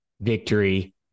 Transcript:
victory